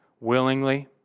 willingly